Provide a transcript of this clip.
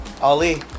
Ali